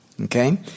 Okay